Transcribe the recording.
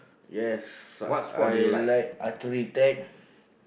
yes I like artery tag